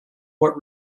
what